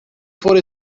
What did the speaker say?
for